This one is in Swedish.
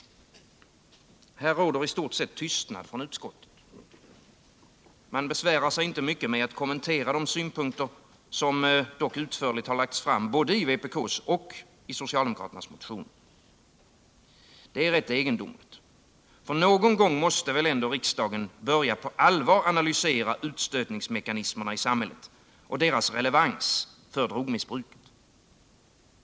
Här råder i stort sett tystnad från utskottet. Man besvärar sig inte med att kommentera de synpunkter som utförligt lagts fram både i vpk:s och i socialdemokraternas motioner. Det är egendomligt. Någon gång måste väl ändå riksdagen börja på allvar analysera utstötningsmekanismerna i samhället och deras relevans för drogmissbruket.